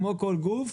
כמו כל גוף,